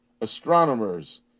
astronomers